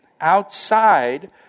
outside